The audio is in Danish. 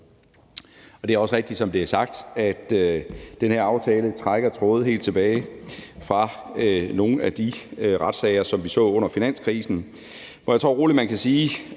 og det er også rigtigt, som det er blevet sagt, at den her aftale trækker tråde helt tilbage til nogle af de retssager, som vi så under finanskrisen, og jeg tror rolig, man kan sige,